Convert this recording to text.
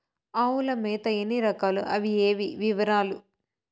ఆవుల మేత ఎన్ని రకాలు? అవి ఏవి? వివరాలు?